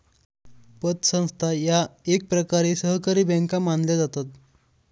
पतसंस्था या एकप्रकारे सहकारी बँका मानल्या जातात